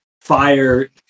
fire